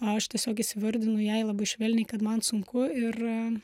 aš tiesiog įsivardinu jai labai švelniai kad man sunku ir